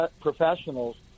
professionals